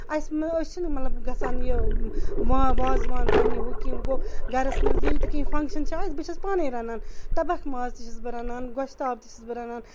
اسہِ أسۍ چھِ نہٕ مطلب گژھان یہِ وازوان رَننہِ ہُہ کہِ گرَس مںٛز ییٚلہِ تہِ کیٚنہہ فنکشن چھُ آسہِ بہٕ چھَس پانٕے رَنان تَبکھ ماز تہِ چھُس بہٕ رَنان گۄشتابہٕ تہِ چھُس بہٕ رَنان